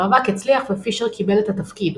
המאבק הצליח ופישר קיבל את התפקיד,